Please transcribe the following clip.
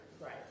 Right